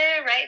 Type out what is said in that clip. right